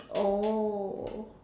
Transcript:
oh